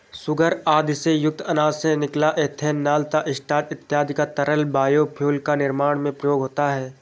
sugar आदि से युक्त अनाज से निकला इथेनॉल तथा स्टार्च इत्यादि का तरल बायोफ्यूल के निर्माण में प्रयोग होता है